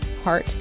heart